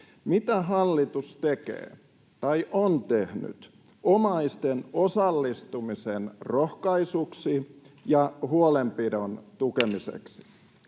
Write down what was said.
mitä hallitus tekee tai on tehnyt omaisten osallistumisen rohkaisuksi ja huolenpidon tukemiseksi?